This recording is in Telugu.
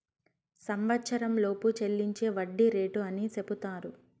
సంవచ్చరంలోపు చెల్లించే వడ్డీ రేటు అని సెపుతారు